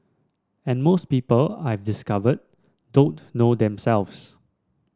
and most people I've discovered don't know themselves